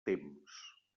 temps